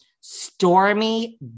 Stormy